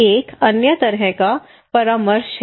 एक अन्य तरह का परामर्श है